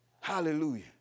Hallelujah